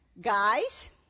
guys